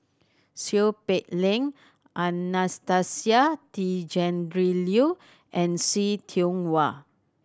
Seow Peck Leng Anastasia Tjendri Liew and See Tiong Wah